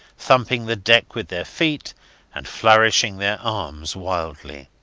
thumping the deck with their feet and flourishing their arms wildly.